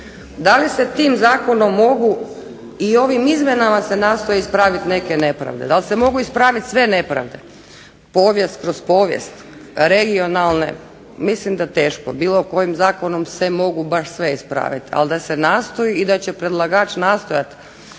Da li se ti zakonom mogu i ovim izmjenama se nastoje ispraviti neke nepravde, dal se mogu ispravit sve nepravde, povijest kroz povijest, regionalne mislim da teško bilo kojim zakonom se mogu baš sve ispravit, ali da se nastoji i da će predlagač nastojat